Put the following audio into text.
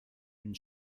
une